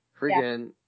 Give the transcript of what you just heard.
Freaking